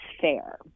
fair